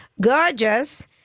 Gorgeous